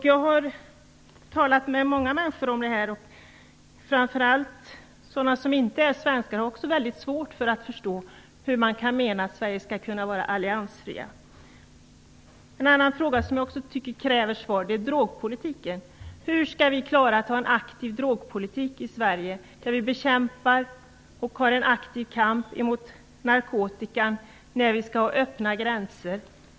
Jag har talat med många människor om detta. Framför allt de som inte är svenskar har mycket svårt att förstå hur man kan mena att Sverige skulle kunna förhålla sig alliansfritt. Frågan om drogpolitiken kräver också sitt svar. I Sverige har vi en aktiv kamp mot narkotikan för att bekämpa den. Men hur skall vi klara att ha en aktiv drogpolitik i Sverige om Sverige skall ha öppna gränser?